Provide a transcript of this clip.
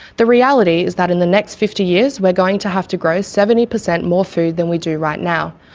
the reality is that in the next fifty years we're going to have to grow seventy percent more food than we do right now.